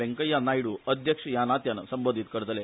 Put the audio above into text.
वेंकय्या नायडू अध्यक्ष या नात्यान संबोधित करतले